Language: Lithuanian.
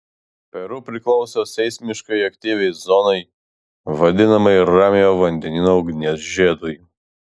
peru priklauso seismiškai aktyviai zonai vadinamai ramiojo vandenyno ugnies žiedui